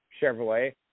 chevrolet